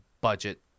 budget